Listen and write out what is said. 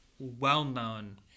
Well-known